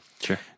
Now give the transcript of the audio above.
Sure